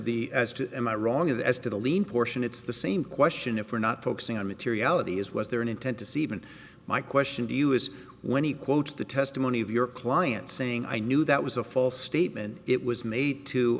the as to am i wrong as to the lien portion it's the same question if we're not focusing on materiality is was there an intent to see even my question to you is when he quotes the testimony of your client saying i knew that was a false statement it was made to